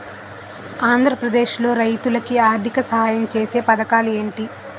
ఆంధ్రప్రదేశ్ లో రైతులు కి ఆర్థిక సాయం ఛేసే పథకాలు ఏంటి?